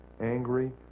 angry